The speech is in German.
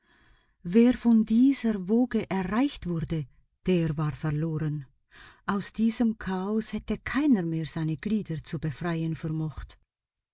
wer von dieser woge erreicht wurde der war verloren aus diesem chaos hätte keiner mehr seine glieder zu befreien vermocht